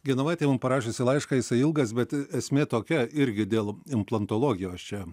genovaitė mum parašiusi laišką jisai ilgas bet esmė tokia irgi dėl implantologijos čia